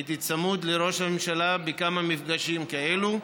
הייתי צמוד לראש הממשלה בכמה מפגשים כאלה,